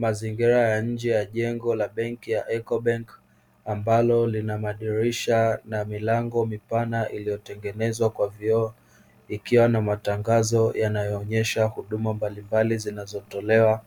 Mazingira ya nje jengo la benki ya "Eco bank" ambalo lina madirisha na milango mipana iliyotengenezwa kwa vioo. Ikiwa na matangazo yanayoonyesha huduma mbalimbali zinazotolewa